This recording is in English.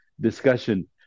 discussion